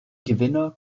gewinner